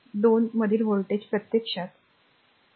तर एक आणि 2 मधील व्होल्टेज प्रत्यक्षात आहे